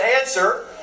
answer